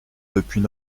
depuis